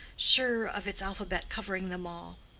sure of its alphabet covering them all.